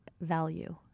value